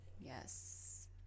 yes